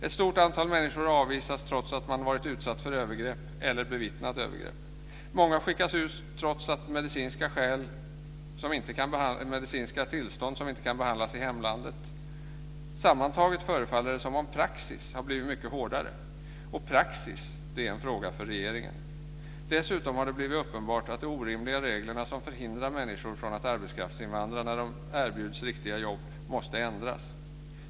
Ett stort antal människor utvisas trots att de varit utsatta för övergrepp eller bevittnat övergrepp. Många skickas tillbaka trots att de har medicinska tillstånd som inte kan behandlas i hemlandet. Sammantaget förefaller det som att praxis har blivit mycket hårdare. Praxis är en fråga för regeringen. Dessutom har det blivit uppenbart att de orimliga reglerna som förhindrar människor från att arbetskraftsinvandra när de erbjuds riktiga jobb måste ändras.